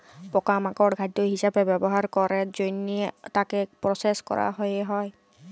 পকা মাকড় খাদ্য হিসবে ব্যবহার ক্যরের জনহে তাকে প্রসেস ক্যরা হ্যয়ে হয়